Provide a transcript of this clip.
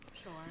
Sure